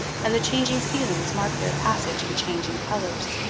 and the changing seasons mark their passage in changing colors.